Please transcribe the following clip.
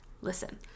Listen